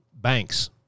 banks